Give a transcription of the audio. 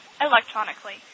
electronically